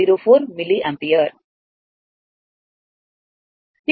04 milliampere